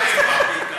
הוא לא צריך את הטבע.